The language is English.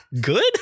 good